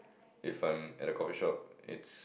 if I'm at the coffee shop it's